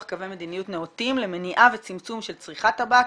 קווי מדיניות נאותים למניעה וצמצום של צריכת טבק,